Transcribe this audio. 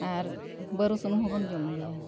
ᱟᱨ ᱵᱟᱹᱨᱩ ᱥᱩᱱᱩᱢ ᱦᱚᱸᱵᱚᱱ ᱡᱚᱢ ᱜᱮᱭᱟ